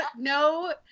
no